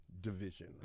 division